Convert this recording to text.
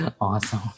Awesome